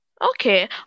Okay